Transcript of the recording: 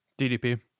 DDP